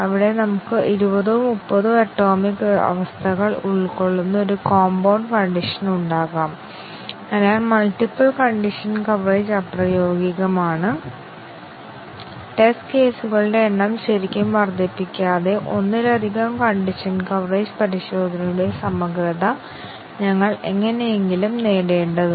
ഇപ്പോൾ നമുക്ക് മറ്റൊരു ഉദാഹരണം നോക്കാം കൂടാതെ ടെസ്റ്റ് കേസുകൾ ആറ്റോമിക് കണ്ടീഷൻ മൂല്യനിർണ്ണയം ശരിയും തെറ്റും ആണെന്ന് ഉറപ്പാക്കുന്നുവെന്ന് മാത്രമല്ല കണ്ടീഷൻ ഡിസിഷൻ കവറേജ് ഞങ്ങൾ ഇതിനകം കണ്ടു